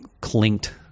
clinked